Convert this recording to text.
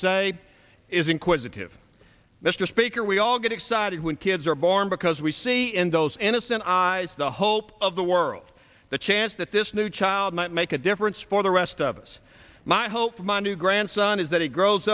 say is inquisitive mr speaker we all get excited when kids are born because we see in those innocent eyes the hope of the world the chance that this new child might make a difference for the rest of us my hope monday grandson is that he grows